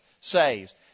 saves